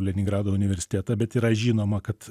leningrado universitetą bet yra žinoma kad